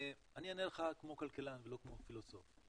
אני אענה לך כמו כלכלן ולא כמו פילוסוף.